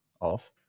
off